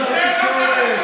אני שר התקשורת.